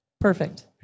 Perfect